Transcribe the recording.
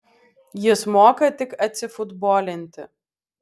jis moka tik atsifutbolinti